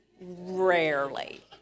Rarely